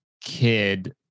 kid